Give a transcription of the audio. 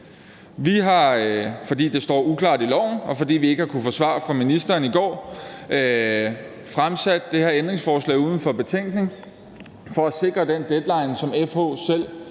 Vi har, fordi det står uklart i lovforslaget, og fordi vi ikke har kunnet få svar fra ministeren i går, stillet det her ændringsforslag uden for betænkningen for at sikre den deadline, som FH selv